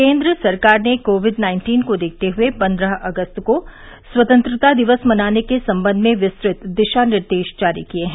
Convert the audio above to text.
केन्द्र सरकार ने कोविड नाइन्टीन को देखते हुए पंद्रह अगस्त को स्वतंत्रता दिवस मनाने के संबंध में विस्तृत दिशा निर्देश जारी किए हैं